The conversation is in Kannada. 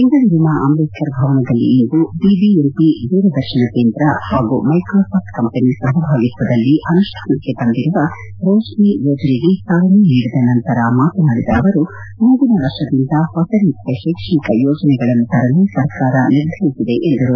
ಬೆಂಗಳೂರಿನ ಅಂಟೇಡ್ತರ್ ಭವನದಲ್ಲಿಂದು ಬಿಬಿಎಂಪಿ ದೂರದರ್ಶನ ಕೇಂದ್ರ ಹಾಗೂ ಮೈಕ್ರೋ ಸ್ತಾಫ್ಸ್ ಕಂಪನಿ ಸಹಭಾಗಿತ್ವದಲ್ಲಿ ಅನುಷ್ಠಾನಕ್ಕೆ ತಂದಿರುವ ರೋತ್ನಿ ಯೋಜನೆಗೆ ಚಾಲನೆ ನೀಡಿದ ನಂತರ ಮಾತನಾಡಿದ ಅವರು ಮುಂದಿನ ವರ್ಷದಿಂದ ಹೊಸ ರೀತಿಯ ಶೈಕ್ಷಣಿಕ ಯೋಜನೆಗಳನ್ನು ತರಲು ಸರ್ಕಾರ ನಿರ್ಧರಿಸಿದೆ ಎಂದರು